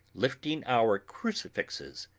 lifting our crucifixes,